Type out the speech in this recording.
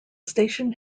station